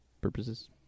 purposes